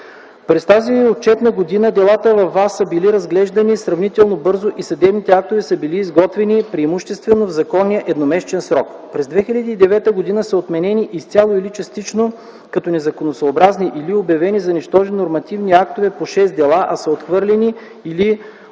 През тази отчетна година делата във ВАС са били разглеждани сравнително бързо и съдебните актове са били изготвяни преимуществено в законния едномесечен срок. През 2009 г. са отменени изцяло или частично като незаконосъобразни или обявени за нищожни нормативни актове по 6 дела, а са отхвърлени или оставени